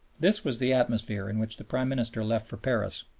this was the atmosphere in which the prime minister left for paris,